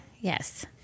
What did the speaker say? Yes